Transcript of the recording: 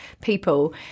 people